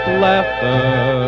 laughter